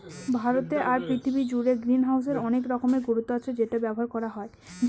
ভারতে আর পৃথিবী জুড়ে গ্রিনহাউসের অনেক রকমের গুরুত্ব আছে সেটা ব্যবহার করা হয়